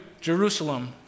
Jerusalem